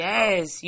Yes